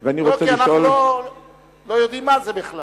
לא, כי אנחנו לא יודעים מה זה בכלל.